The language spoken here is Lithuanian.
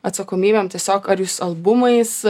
atsakomybėm tiesiog ar jūs albumais